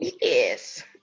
Yes